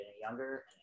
younger